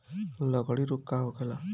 लगड़ी रोग का होखेला?